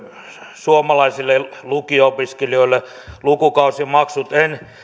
suomalaisille lukio opiskelijoille lukukausimaksut en